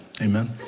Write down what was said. Amen